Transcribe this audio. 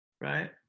right